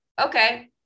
Okay